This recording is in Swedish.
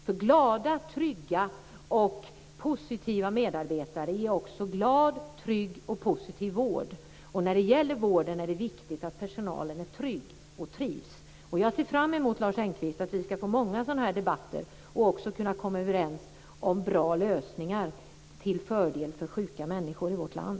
Glada, trygga och positiva medarbetare ger också glad, trygg och positiv vård. Och när det gäller vården är det viktigt att personalen är trygg och trivs. Jag ser fram emot, Lars Engqvist, att vi får många sådana här debatter och att vi skall kunna komma överens om bra lösningar till fördel för sjuka människor i vårt land.